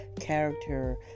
character